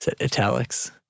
italics